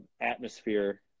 Atmosphere